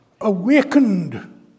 awakened